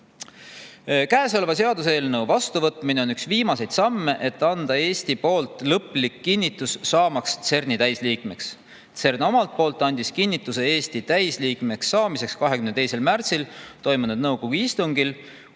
Käesoleva seaduseelnõu vastuvõtmine on üks viimaseid samme, et anda Eesti poolt lõplik kinnitus, saamaks CERN‑i täisliikmeks. CERN andis omalt poolt kinnituse Eesti täisliikmeks saamisele 22. märtsil toimunud nõukogu istungil,